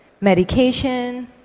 medication